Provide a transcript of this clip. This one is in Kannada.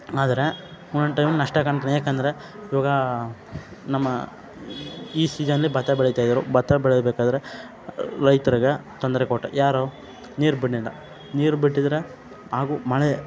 ಆದರೆ ಒಂದೊಂದು ಟೈಮ್ ನಷ್ಟ ಕಾಣ್ತಾನೆ ಯಾಕಂದರೆ ಇವಾಗ ನಮ್ಮ ಈ ಸೀಜನಲ್ಲಿ ಭತ್ತ ಬೆಳೀತಾಯಿದ್ದರು ಭತ್ತ ಬೆಳೀಬೇಕಾದರೆ ರೈತರಿಗೆ ತೊಂದರೆ ಕೊಟ್ಟ ಯಾರು ನೀರು ಬಿಡ್ನಿಲ್ಲಾ ನೀರು ಬಿಟ್ಟಿದ್ರೆ ಹಾಗೂ ಮಳೆ